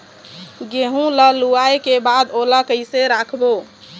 गेहूं ला लुवाऐ के बाद ओला कइसे राखबो?